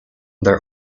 their